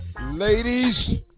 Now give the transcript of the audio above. Ladies